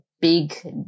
big